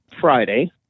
Friday